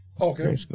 Okay